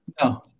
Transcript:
No